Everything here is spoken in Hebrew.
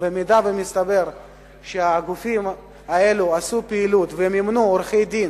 אם מסתבר שהגופים האלה עשו פעילות ומימנו עורכי-דין